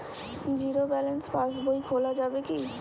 Zero balance pass বই খোলা যাবে কি?